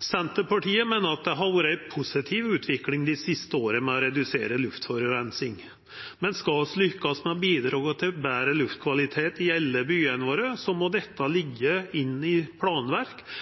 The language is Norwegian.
Senterpartiet meiner at det har vore ei positiv utvikling dei siste åra når det gjeld å redusera luftforureininga. Men skal vi lukkast med å bidra til betre luftkvalitet i alle byane våre, må dette liggja i